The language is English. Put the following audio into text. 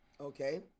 Okay